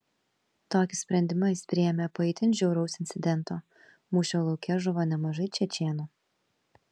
tokį sprendimą jis priėmė po itin žiauraus incidento mūšio lauke žuvo nemažai čečėnų